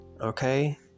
Okay